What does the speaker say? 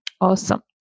Awesome